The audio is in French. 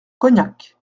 cognac